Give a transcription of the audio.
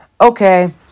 okay